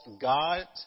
god